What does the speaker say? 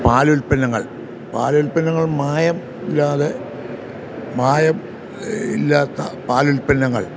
പാലുല്പന്നങ്ങൾ പാലുല്പന്നങ്ങളിൽ മായം ഇല്ലാതെ മായം ഇല്ലാത്ത പാലുല്പന്നങ്ങൾ